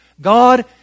God